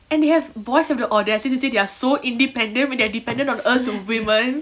and they have boys have the audacity to say they are so independent when they are dependent on us women